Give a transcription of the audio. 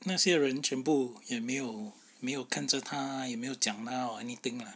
那些人全部也没有没有看着他也没有讲他 or anything lah